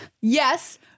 Yes